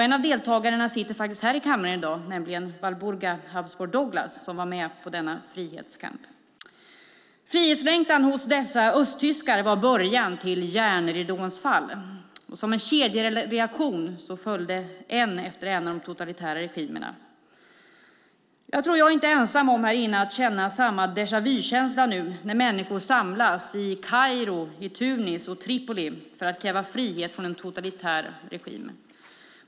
En av deltagarna sitter faktiskt här i kammaren i dag, nämligen Walburga Habsburg Douglas som var med i denna frihetskamp. Frihetslängtan hos dessa östtyskar var början till järnridåns fall, och som en kedjereaktion föll de totalitära regimerna en efter en. Jag tror att jag inte är ensam här inne om att uppleva samma déjà vu-känsla nu när människor samlas i Kairo, i Tunis och Tripoli för att kräva frihet från en totalitär regim.